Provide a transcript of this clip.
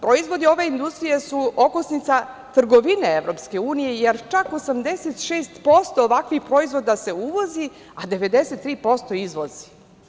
Proizvodi ove industrije su okosnica trgovine EU, jer čak 86% ovakvih proizvoda se uvozi, a 93% je izvoz.